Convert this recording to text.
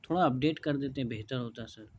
تھوڑا اپڈیٹ کر دیتے بہتر ہوتا سر